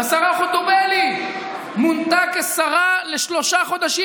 השרה חוטובלי מונתה כשרה לשלושה חודשים.